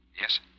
Yes